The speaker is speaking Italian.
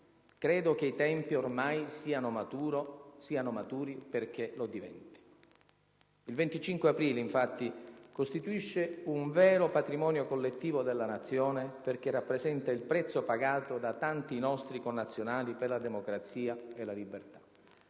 Credo che i tempi ormai siano maturi perché lo diventi. Il 25 aprile, infatti, costituisce un vero patrimonio collettivo della Nazione perché rappresenta il prezzo pagato da tanti nostri connazionali per la democrazia e la libertà.